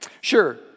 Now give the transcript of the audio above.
Sure